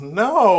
no